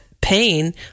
pain